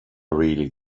really